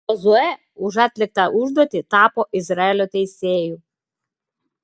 jozuė už atliktą užduotį tapo izraelio teisėju